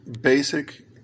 basic